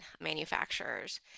manufacturers